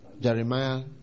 Jeremiah